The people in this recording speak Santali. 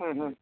ᱦᱩᱸ ᱦᱩᱸ